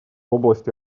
области